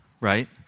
right